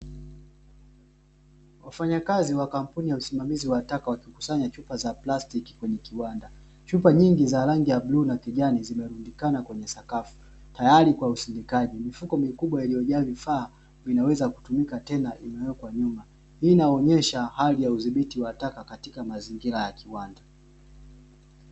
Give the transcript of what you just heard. Wafanyakazi wa kampuni wa usimamizi wa taka wakikusanya chupa za kiwanda chupa za rangi ya bluu na kijani zimerundikana kwenye sakafu tayari kwa usindikaji mifuko mingine inaweza kutumika kwa usindikaji hii inaonyesha hali nzuri uthibiti taka wa kiwanda